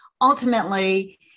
ultimately